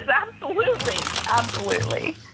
ah absolutely. absolutely.